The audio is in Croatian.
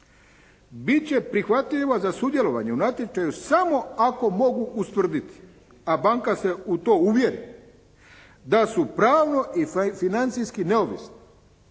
će prihvatljiva za sudjelovanje u natječaju samo ako mogu ustvrditi a banka se u to uvjeri, da su pravno i financijski neovisni,